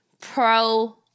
pro